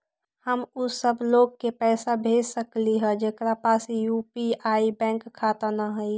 हम उ सब लोग के पैसा भेज सकली ह जेकरा पास यू.पी.आई बैंक खाता न हई?